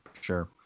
sure